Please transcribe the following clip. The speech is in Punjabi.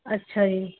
ਅੱਛਾ ਜੀ